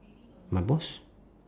my boss